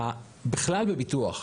בכלל בביטוח,